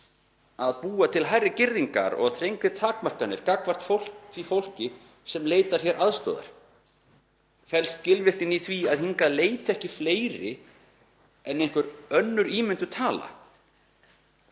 að búa til hærri girðingar og þrengri takmarkanir gagnvart því fólki sem leitar sér aðstoðar? Felst skilvirknin í því að hingað leiti ekki fleiri en einhver önnur ímynduð tala?